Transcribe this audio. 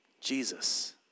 Jesus